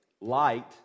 light